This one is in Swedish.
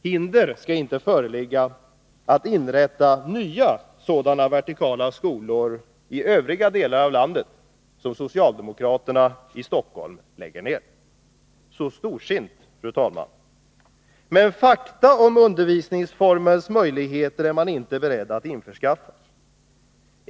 Hinder skall inte föreligga att i övriga delar av landet inrätta nya sådana vertikala skolor som socialdemokraterna i Stockholm lägger ned. Så storsint! Men fakta om undervisningsformens möjligheter är man inte beredd att införskaffa.